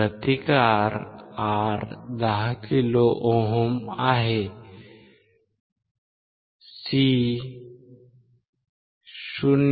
प्रतिकार R 10 kilo ohm आहे C 0